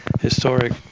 historic